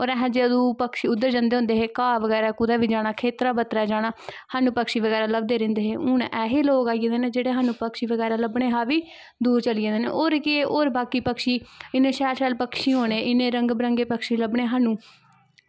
और अस जदूं उध्दर जंदे होंदे हे घा बगैरा कुदै बी जाना खेत्तरै बत्तरै जाना स्हानू पक्षी बगैरा लब्भदे रैंह्दे हे हून ऐसे लोग आई गेदे न जेह्ड़े स्हानू पक्षी बगैरा बी लब्भनें शा बी दूर चली गेदे न होर केह् होर पक्षी इन्नें शैल शैल पक्षी होनें इन्नें शैल शैल पक्षी लब्भनें स्हानू